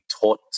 taught